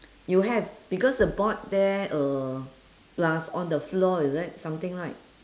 you have because the board there uh plus on the floor is it something right